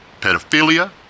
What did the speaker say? pedophilia